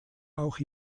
auch